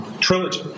trilogy